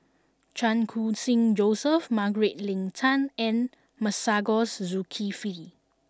Chan Khun Sing Joseph Margaret Leng Tan and Masagos Zulkifli